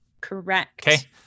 Correct